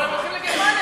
אבל הם הולכים לגרמניה,